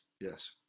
yes